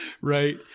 right